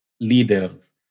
leaders